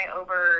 over